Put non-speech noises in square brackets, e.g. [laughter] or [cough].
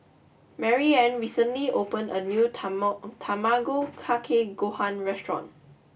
Maryanne recently opened a new [unintelligible] Tamago Kake Gohan restaurant